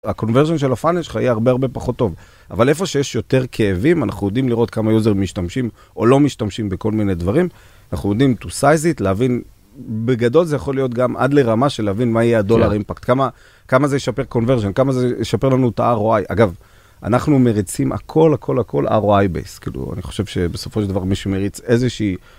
הקונברזיון של הפאנל שלך יהיה הרבה הרבה פחות טוב, אבל איפה שיש יותר כאבים, אנחנו יודעים לראות כמה יוזר משתמשים או לא משתמשים בכל מיני דברים, אנחנו יודעים to size it, להבין, בגדול זה יכול להיות גם עד לרמה של להבין מה יהיה הדולר אימפקט, כמה זה ישפר קונברזיון, כמה זה ישפר לנו את ה-ROI, אגב, אנחנו מריצים הכל הכל הכל ROI based, כאילו אני חושב שבסופו של דבר מישהו מריץ איזושהי...